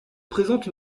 présente